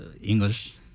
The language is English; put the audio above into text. English